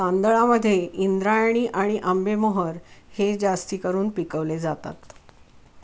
तांदळामध्ये इंद्रायणी आणि आंबेमोहर हे जास्ती करून पिकवले जातात